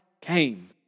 came